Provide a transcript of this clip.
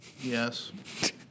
Yes